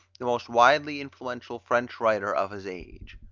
the most widely influential french writer of his age.